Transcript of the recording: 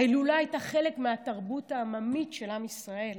ההילולה הייתה חלק מהתרבות העממית של עם ישראל,